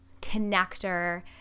connector